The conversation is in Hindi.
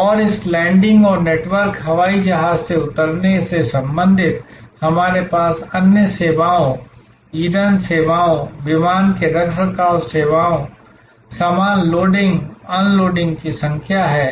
और इस लैंडिंग और नेटवर्क हवाई जहाज से उतरने से संबंधित हमारे पास अन्य सेवाओं ईंधन सेवाओं विमान के रखरखाव सेवाओं सामान लोडिंग अनलोडिंग की संख्या है